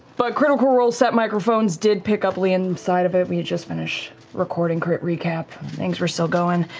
but critical role set microphones did pick up liam's side of it. we had just finished recording crit recap. things were still going.